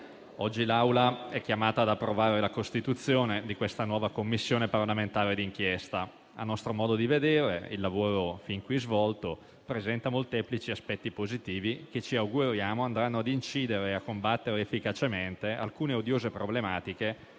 oggi l'Assemblea è chiamata ad approvare la costituzione di questa nuova Commissione parlamentare d'inchiesta. A nostro modo di vedere il lavoro fin qui svolto presenta molteplici aspetti positivi che ci auguriamo andranno ad incidere e a combattere efficacemente alcune odiose problematiche